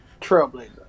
Trailblazer